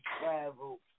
travel